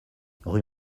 rue